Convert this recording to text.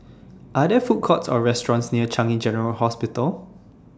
Are There Food Courts Or restaurants near Changi General Hospital